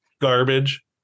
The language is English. garbage